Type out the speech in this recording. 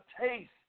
taste